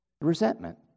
Resentment